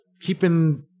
keeping